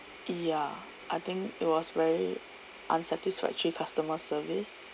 ya I think it was very unsatisfactory customer service